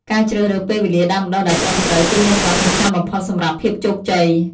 ការជ្រើសរើសពេលវេលាដាំដុះដែលត្រឹមត្រូវ គឺមានសារៈសំខាន់បំផុតសម្រាប់ភាពជោគជ័យ។